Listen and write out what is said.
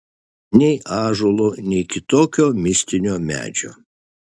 nei ąžuolo nei kitokio mistinio medžio